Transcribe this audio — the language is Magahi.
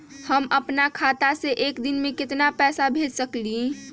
हम अपना खाता से एक दिन में केतना पैसा भेज सकेली?